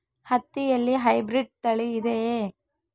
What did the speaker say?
ಹತ್ತಿಯಲ್ಲಿ ಹೈಬ್ರಿಡ್ ತಳಿ ಇದೆಯೇ?